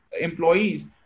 employees